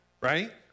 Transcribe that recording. Right